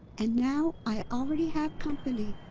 and now i already have company.